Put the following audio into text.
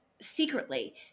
secretly